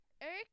Eric